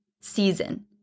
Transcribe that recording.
season